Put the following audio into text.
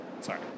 sorry